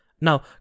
Now